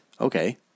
okay